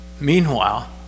meanwhile